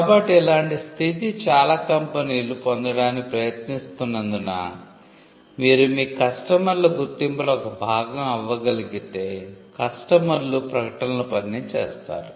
కాబట్టి ఇలాంటి స్థితి చాలా కంపెనీలు పొందడానికి ప్రయత్నిస్తున్నందున మీరు మీ కస్టమర్ల గుర్తింపులో ఒక భాగం అవ్వగలిగితే కస్టమర్లు ప్రకటనల పనిని చేస్తారు